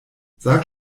sag